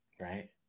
right